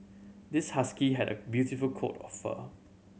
this husky had a beautiful coat of fur